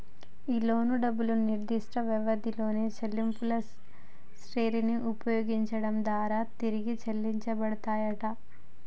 ఈ లోను డబ్బులు నిర్దిష్ట వ్యవధిలో చెల్లింపుల శ్రెరిని ఉపయోగించడం దారా తిరిగి చెల్లించబడతాయంట